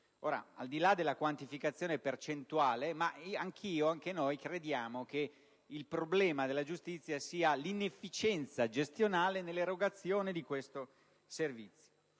Al di là della quantificazione percentuale, anche noi crediamo che il problema della giustizia sia l'inefficienza gestionale nell'erogazione di questo servizio